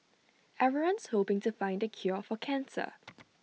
everyone's hoping to find the cure for cancer